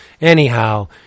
anyhow